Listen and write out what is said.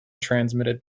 transmitted